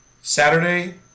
Saturday